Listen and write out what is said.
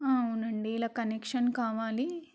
అవునండి ఇలా కనెక్షన్ కావాలి